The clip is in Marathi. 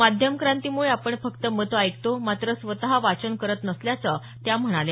माध्यम क्रांतीमुळे आपण फक्त मतं ऐकतो मात्र स्वत वाचन करत नसल्याचं त्या म्हणाल्या